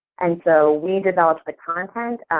and so, we developed the content.